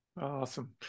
Awesome